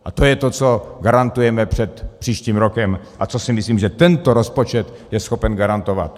A to je to, co garantujeme před příštím rokem a co si myslím, že tento rozpočet je schopen garantovat.